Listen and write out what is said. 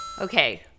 Okay